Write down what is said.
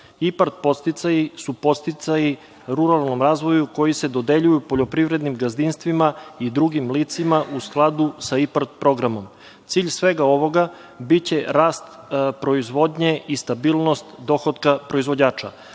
IPARD podsticaji su podsticaji ruralnom razvoju koji se dodeljuju poljoprivrednim gazdinstvima i drugim licima u skladu sa IPARD programom. Cilj svega ovoga biće rast proizvodnje i stabilnost dohotka proizvođača,